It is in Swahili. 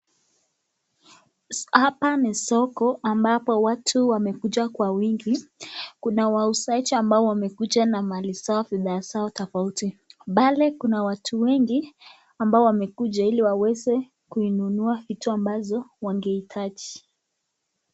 Hapa ni soko ambapo watu wamekuja kwa wingi, kuna wauzaji ambao wamekuja na mali zao bidhaa tofauti. Pale kuna watu wengi ambao wamekuja ili waweze kuinunua vitu ambazo wange hitaji .